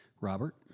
Robert